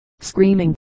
screaming